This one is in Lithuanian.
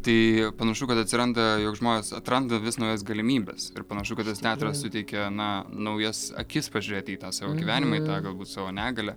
taai panašu kad atsiranda jog žmonės atranda vis naujas galimybes ir panašu kad tas teatras suteikia na naujas akis pažiūrėti į tą savo gyvenimą į tą galbūt savo negalią